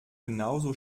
genauso